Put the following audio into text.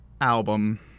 album